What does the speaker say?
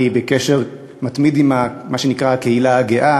אני בקשר מתמיד עם מה שנקרא "הקהילה הגאה",